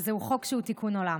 וזהו חוק שהוא תיקון עולם.